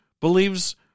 believes